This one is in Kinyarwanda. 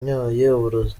uburozi